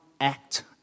act